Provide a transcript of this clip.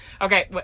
Okay